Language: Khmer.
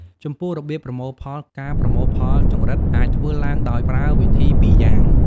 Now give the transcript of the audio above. ចំពោះរបៀបប្រមូលផល ការប្រមូលផលចង្រិតអាចធ្វើឡើងដោយប្រើវិធីពីរយ៉ាង។